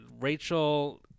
Rachel